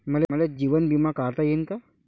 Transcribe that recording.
मले जीवन बिमा काढता येईन का?